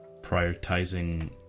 prioritizing